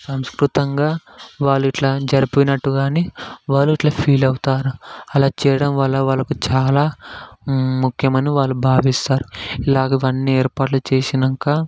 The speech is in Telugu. సంస్కృతంగా వాళ్ళు ఇలా జరిపినట్టు కాని వాళ్ళు ఇట్లా ఫీల్ అవుతారు అలా చేయడం వల్ల వాళ్ళకు చాలా ము ముఖ్యమని వాళ్ళు భావిస్తారు ఇలాగ ఇవన్ని ఏర్పాట్లు చేసినాక